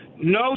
No